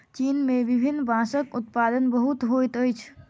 चीन में विभिन्न बांसक उत्पादन बहुत होइत अछि